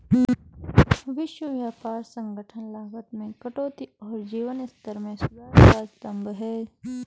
विश्व व्यापार संगठन लागत में कटौती और जीवन स्तर में सुधार का स्तंभ है